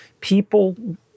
people